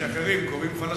מה שאחרים קוראים פלסטין,